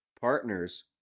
partners